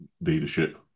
leadership